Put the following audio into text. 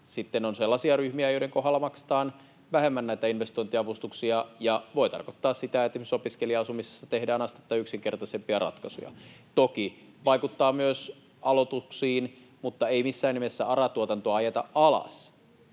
sitten on sellaisia ryhmiä, joiden kohdalla maksetaan vähemmän näitä investointiavustuksia, ja tämä voi tarkoittaa sitä, että esimerkiksi opiskelija-asumisessa tehdään astetta yksinkertaisempia ratkaisuja. Toki tämä vaikuttaa myös aloituksiin, mutta ei missään nimessä ARA-tuotantoa ajeta alas.